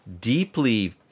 deeply